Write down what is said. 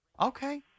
Okay